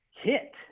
hit